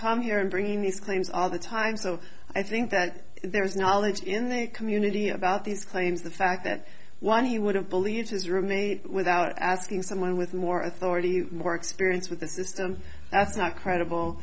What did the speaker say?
come here and bringing these claims all the time so i think that there is knowledge in the community about these claims the fact that one he would have believed his roommate without asking someone with more authority more experience with the system that's not credible